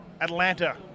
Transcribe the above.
Atlanta